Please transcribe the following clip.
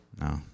No